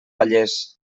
vallès